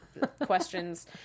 questions